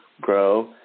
grow